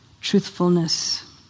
truthfulness